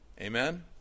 amen